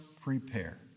prepare